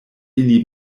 ili